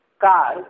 car